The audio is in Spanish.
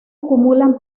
acumulan